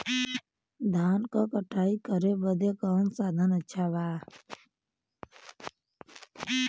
धान क कटाई करे बदे कवन साधन अच्छा बा?